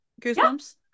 Goosebumps